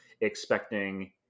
expecting